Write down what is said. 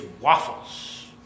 waffles